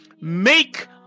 make